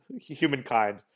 humankind